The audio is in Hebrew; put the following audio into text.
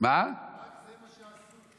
זה מה שעשו?